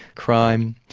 crime,